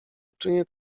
uczynię